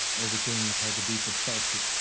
everything had to be protected.